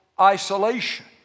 isolation